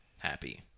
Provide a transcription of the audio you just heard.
happy